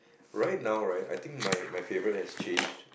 right now right I think my my favourite has changed